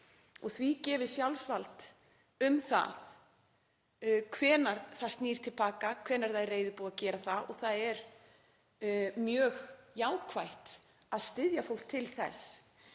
því gefið sjálfsvald um það hvenær það snýr til baka, hvenær það er reiðubúið að gera það, og það er mjög jákvætt að styðja fólk til þess.